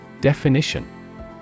Definition